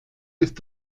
ist